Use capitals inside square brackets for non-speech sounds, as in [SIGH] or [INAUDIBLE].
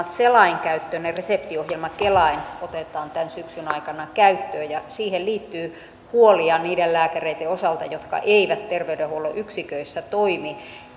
[UNINTELLIGIBLE] selainkäyttöinen reseptiohjelma kelain otetaan tämän syksyn aikana käyttöön ja siihen liittyy huolia niiden lääkäreiden osalta jotka eivät terveydenhuollon yksiköissä toimi